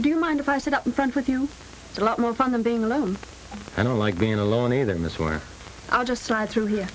do you mind if i sit up front with you a lot more fun than being alone i don't like being alone either in this war i'll just slide through here